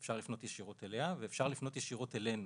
ניתן לפנות ישירות אליה וניתן לפנות ישירות אלינו